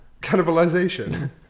Cannibalization